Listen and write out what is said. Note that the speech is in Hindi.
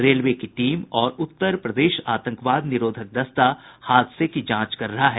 रेलवे की टीम और उत्तर प्रदेश आतंकवाद निरोधक दस्ता हादसे की जांच कर रहा है